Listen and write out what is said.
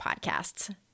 podcasts